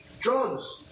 drugs